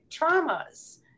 traumas